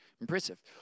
Impressive